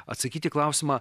atsakyt į klausimą